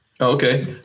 Okay